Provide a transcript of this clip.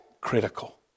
critical